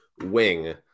wing